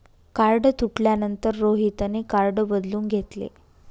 card तुटल्यानंतर रोहितने card बदलून घेतले